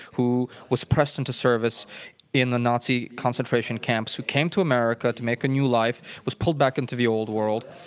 who was pressed into service in the nazi concentration camps, who came to america to make a new life, was pulled back into the old world.